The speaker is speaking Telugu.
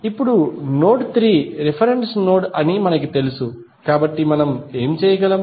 ఇప్పుడు నోడ్ 3 రిఫరెన్స్ నోడ్ అని మనకు తెలుసు కాబట్టి మనం ఏమి చేయగలం